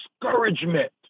discouragement